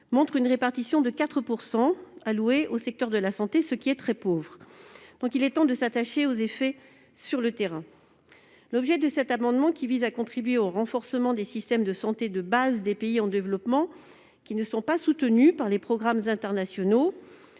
brute française a été allouée au secteur de la santé, ce qui est très peu. Il est temps de s'attacher aux effets sur le terrain. C'est pourquoi cet amendement vise à contribuer au renforcement des systèmes de santé de base des pays en développement qui ne sont pas soutenus par les programmes internationaux,